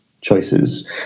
choices